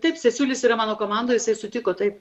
taip cesiulis yra mano komandoj jisai sutiko taip